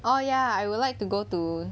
oh ya I would like to go to